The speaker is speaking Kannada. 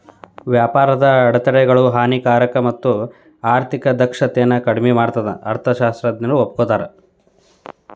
ವ್ಯಾಪಾರದ ಅಡೆತಡೆಗಳು ಹಾನಿಕಾರಕ ಮತ್ತ ಆರ್ಥಿಕ ದಕ್ಷತೆನ ಕಡ್ಮಿ ಮಾಡತ್ತಂತ ಅರ್ಥಶಾಸ್ತ್ರಜ್ಞರು ಒಪ್ಕೋತಾರ